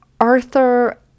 Arthur